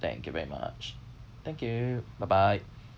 thank you very much thank you bye bye